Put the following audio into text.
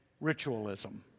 ritualism